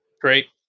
Great